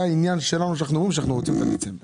אני